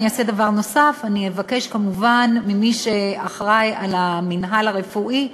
אני אעשה דבר נוסף: אני אבקש כמובן ממי שאחראי למינהל הרפואי,